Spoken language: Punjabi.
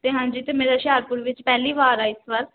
ਅਤੇ ਹਾਂਜੀ ਅਤੇ ਮੇਰਾ ਹੁਸ਼ਿਆਰਪੁਰ ਵਿੱਚ ਪਹਿਲੀ ਵਾਰ ਆ ਇਸ ਵਾਰ